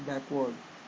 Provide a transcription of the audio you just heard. backward